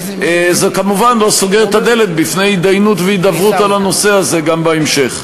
זה כמובן לא סוגר את הדלת בפני הידיינות והידברות על הנושא הזה בהמשך.